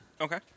Okay